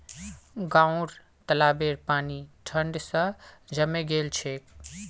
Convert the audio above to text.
गांउर तालाबेर पानी ठंड स जमें गेल छेक